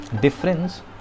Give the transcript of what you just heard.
Difference